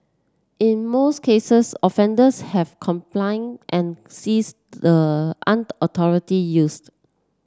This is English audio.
in most cases offenders have complied and ceased the unauthorised use